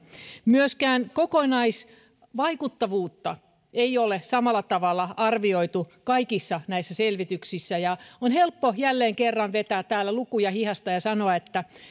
myöskään kokonaisvaikuttavuutta ei ole samalla tavalla arvioitu kaikissa näissä selvityksissä ja on helppo jälleen kerran vetää täällä lukuja hihasta ja sanoa että